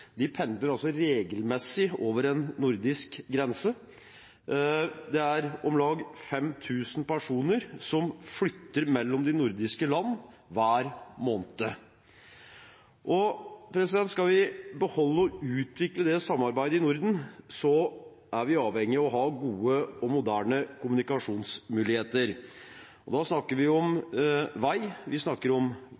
de nordiske land hver måned. Skal vi beholde og utvikle det samarbeidet i Norden, er vi avhengig av å ha gode og moderne kommunikasjonsmuligheter. Da snakker vi om